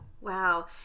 Wow